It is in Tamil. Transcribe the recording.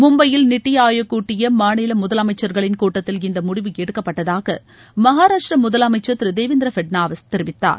மும்னபயில் நித்தி ஆயோக் கூட்டிய மாநில முதலமைச்சர்களின் கூட்டத்தில் இந்த முடிவு எடுக்கப்பட்டதாக மகாராஷ்டிர முதலமைச்சர் திரு தேவேந்திர பட்னாவிஸ் தெரிவித்தார்